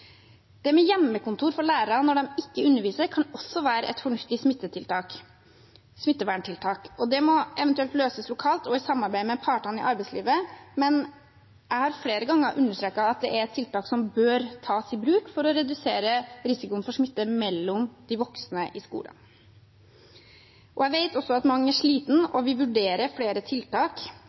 Hjemmekontor for lærere når de ikke underviser, kan også være et fornuftig smitteverntiltak. Det må eventuelt løses lokalt og i samarbeid med partene i arbeidslivet, men jeg har flere ganger understreket at det er tiltak som bør tas i bruk for å redusere risikoen for smitte mellom de voksne i skolen. Jeg vet også at mange er slitne, og vi vurderer flere tiltak.